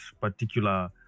particular